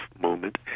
moment